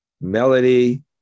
melody